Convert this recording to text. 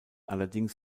allerdings